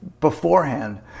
beforehand